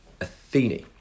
Athene